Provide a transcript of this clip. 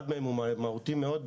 אחד מהם הוא מהותי מאוד,